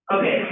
Okay